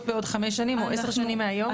בעוד חמש שנים או עשר שנים מהיום.